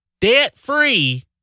Debt-free